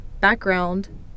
background